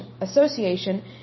Association